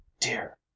dear